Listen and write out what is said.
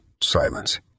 Silence